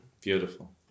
beautiful